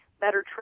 better